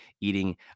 eating